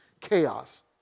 chaos